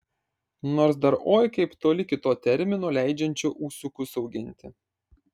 nors dar oi kaip toli iki termino leidžiančio ūsiukus auginti